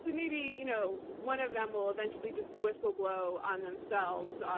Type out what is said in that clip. so maybe, you know one of them will eventually just whistle blow on themselves,